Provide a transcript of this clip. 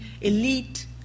elite